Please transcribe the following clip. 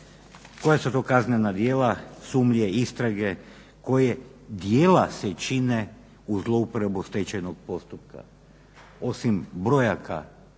Koja su to kaznena djela sumnje i istrage koja djela se čine u zlouporabu stečajnog postupka? Osim brojaka